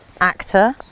actor